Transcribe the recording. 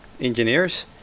engineers